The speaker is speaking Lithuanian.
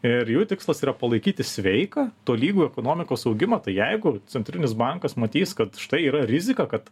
ir jų tikslas yra palaikyti sveiką tolygų ekonomikos augimą tai jeigu centrinis bankas matys kad štai yra rizika kad